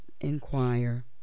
inquire